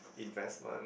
investment